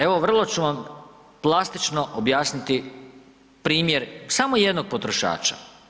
Evo, vrlo ću vam plastično objasniti primjer samo jednog potrošača.